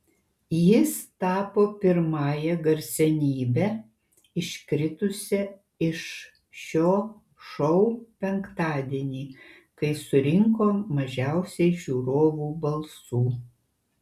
jis tapo pirmąja garsenybe iškritusia iš šio šou penktadienį kai surinko mažiausiai žiūrovų balsų